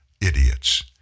idiots